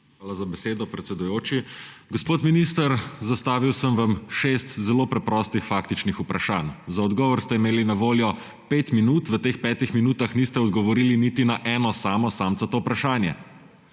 Hvala za besedo, predsedujoči. Gospod minister, zastavil sem vam šest zelo preprostih faktičnih vprašanj, za odgovor ste imeli na voljo 5 minut, v teh 5 minutah niste odgovorili niti na eno samo samcato vprašanje.